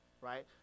right